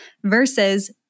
versus